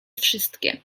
wszystkie